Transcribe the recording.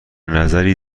نظری